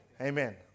Amen